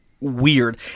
Weird